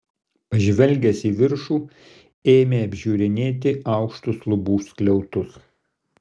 pažvelgęs į viršų ėmė apžiūrinėti aukštus lubų skliautus